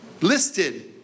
Listed